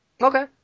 Okay